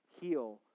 heal